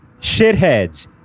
shitheads